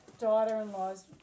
daughter-in-law's